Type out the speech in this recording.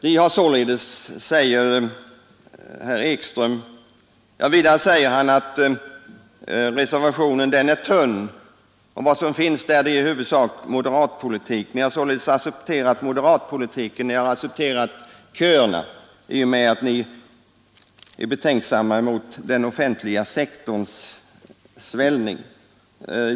Vidare sade herr Ekström att reservationen 1 vid finansutskottets betänkande är tunn och att vad som finns där i huvudsak är moderatpolitik. Ni har således, säger herr Ekström, accepterat moderatpolitiken, ni har accepterat köerna i och med att ni är betänksamma mot den offentliga sektorns ansvällning.